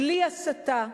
בלי הסתה.